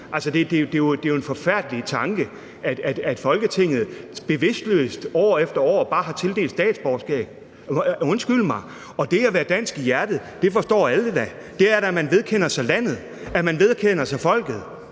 Det er jo en forfærdelig tanke, at Folketinget bevidstløst år efter år bare har tildelt statsborgerskaber – undskyld mig. Og det at være dansk i hjertet forstår alle da; det er, at man vedkender sig landet, at man vedkender sig folket.